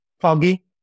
foggy